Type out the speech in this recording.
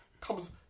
comes